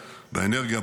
באנרגיה,